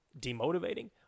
demotivating